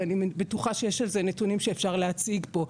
ואני בטוחה שיש על זה נתונים שאפשר להציג פה.